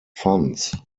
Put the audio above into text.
funds